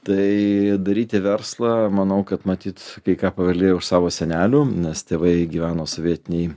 tai daryti verslą manau kad matyt kai ką paveldėjau iš savo senelių nes tėvai gyveno sovietinėj